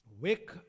Wake